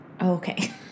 Okay